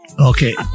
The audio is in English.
Okay